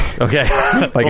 Okay